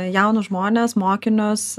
jaunus žmones mokinius